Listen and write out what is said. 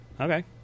Okay